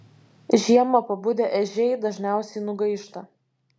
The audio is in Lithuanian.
žiemą pabudę ežiai dažniausiai nugaišta